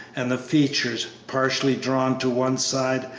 and the features, partially drawn to one side,